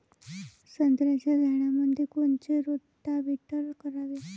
संत्र्याच्या झाडामंदी कोनचे रोटावेटर करावे?